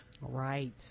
Right